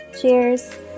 Cheers